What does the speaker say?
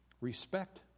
Respect